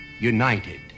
United